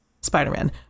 spider-man